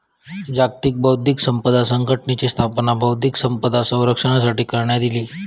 जागतिक बौध्दिक संपदा संघटनेची स्थापना बौध्दिक संपदा संरक्षणासाठी करण्यात इली